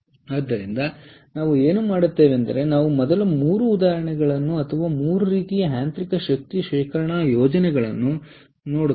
ಆದ್ದರಿಂದ ನಾವು ಏನು ಮಾಡುತ್ತೇವೆಂದರೆ ನಾವು ಮೊದಲು 3 ಉದಾಹರಣೆಗಳನ್ನು ಅಥವಾ 3 ರೀತಿಯ ಯಾಂತ್ರಿಕ ಶಕ್ತಿ ಶೇಖರಣಾ ಯೋಜನೆಗಳನ್ನು ನೋಡುತ್ತೇವೆ